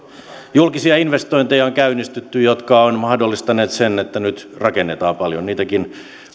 julkisia investointeja jotka ovat mahdollistaneet sen että nyt rakennetaan paljon niitäkin